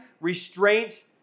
restraint